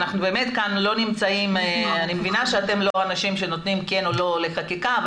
אני מבינה שאתם לא אנשים שנותנים כן או לא לחקיקה,